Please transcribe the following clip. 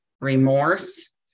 remorse